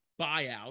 buyout